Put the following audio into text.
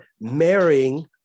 marrying